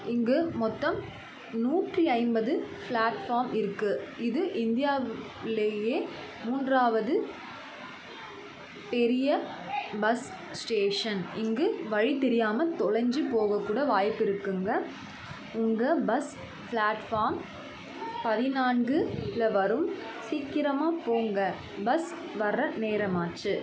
இங்கு மொத்தம் நூற்றி ஐம்பது ஃப்ளாட்ஃபார்ம் இருக்குது இது இந்தியாவிலேயே மூன்றாவது பெரிய பஸ் ஸ்டேஷன் இங்கு வழி தெரியாமல் தொலைஞ்சு போக கூட வாய்ப்பிருக்குதுங்க உங்கள் பஸ் ஃப்ளாட்ஃபார்ம் பதினான்கில் வரும் சீக்கிரமாக போங்க பஸ் வர்ற நேரமாச்சு